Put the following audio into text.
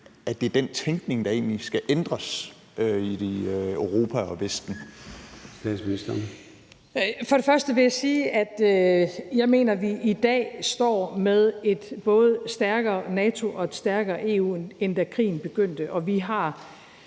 Gade): Statsministeren. Kl. 01:35 Statsministeren (Mette Frederiksen): For det første vil jeg sige, at jeg mener, at vi i dag står med et både stærkere NATO og et stærkere EU, end da krigen begyndte, og vi har